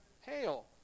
Hail